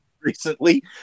recently